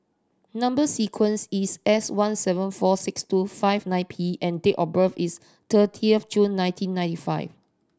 number sequence is S one seven four six two five nine P and date of birth is thirty of June nineteen ninety five